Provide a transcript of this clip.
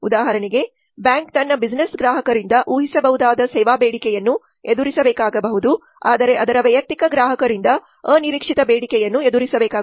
ಉದಾಹರಣೆಗೆ ಬ್ಯಾಂಕ್ ತನ್ನ ಬಿಸಿನೆಸ್ ಗ್ರಾಹಕರಿಂದ ಊಹಿಸಬಹುದಾದ ಸೇವಾ ಬೇಡಿಕೆಯನ್ನು ಎದುರಿಸಬೇಕಾಗಬಹುದು ಆದರೆ ಅದರ ವೈಯಕ್ತಿಕ ಗ್ರಾಹಕರಿಂದ ಅನಿರೀಕ್ಷಿತ ಬೇಡಿಕೆಯನ್ನು ಎದುರಿಸಬೇಕಾಗುತ್ತದೆ